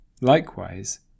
Likewise